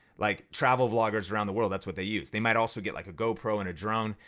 like travel vloggers around the world that's what they use. they might also get like a gopro and a drone,